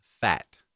fat